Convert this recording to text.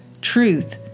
truth